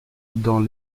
dans